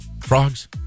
Frogs